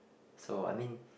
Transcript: so I mean